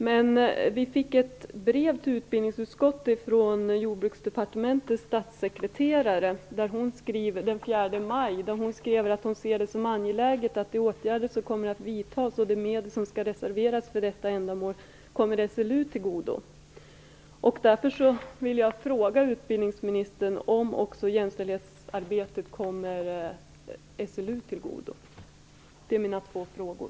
Men vi fick ett brev till utskottet den 4 maj från Jordbruksdepartementets statssekreterare där hon skriver att hon "ser det som angeläget att de åtgärder som kommer att vidtas och de medel som skall reserveras för detta ändamål kommer SLU till godo". Därför vill jag fråga utbildningsministern om också jämställdhetsarbetet kommer SLU till godo. Det är mina två frågor.